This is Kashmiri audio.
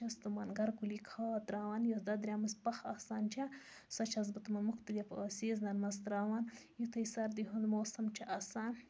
چھَس تِمَن گَرکُلی کھاد تراوان یُس دۄدریمٕژ پاہ آسان چھ سۄ چھَس بہٕ تِمَن مُختَلِف سیٖزنَن مَنٛز تراوان یِتھُے سردی ہُنٛد موسَم چھُ آسان